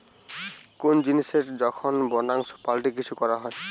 কোন জিনিসের যখন বংশাণু পাল্টে কিছু করা হয়